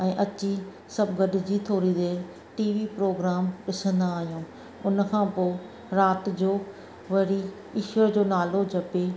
ऐं अची सभु गॾिजी थोरी देरि टीवी प्रोग्राम ॾिसंदा आहियूं उन खां पोइ राति जो वरी ईश्वर जो नालो जपी